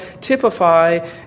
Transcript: typify